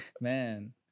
Man